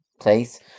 Place